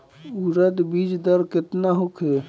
उरद बीज दर केतना होखे?